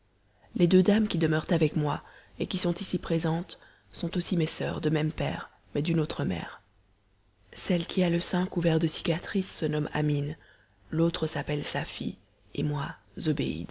les deux dames qui demeurent avec moi et qui sont ici présentes sont aussi mes soeurs de même père mais d'une autre mère celle qui a le sein couvert de cicatrices se nomme amine l'autre s'appelle safie et moi